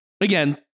again